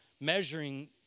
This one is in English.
measuring